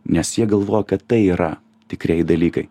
nes jie galvoja kad tai yra tikrieji dalykai